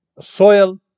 soil